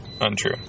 untrue